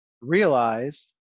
realize